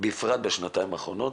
בפרט בשנתיים האחרונות,